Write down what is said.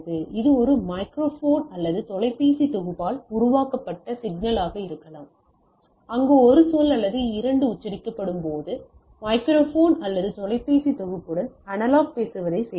இது ஒரு மைக்ரோஃபோன் அல்லது ஒரு தொலைபேசி தொகுப்பால் உருவாக்கப்பட்ட சிக்னலாக இருக்கலாம் அங்கு ஒரு சொல் அல்லது இரண்டு உச்சரிக்கப்படும் போது மைக்ரோஃபோன் அல்லது தொலைபேசி தொகுப்புடன் அனலாக் பேசுவதை செய்கிறேன்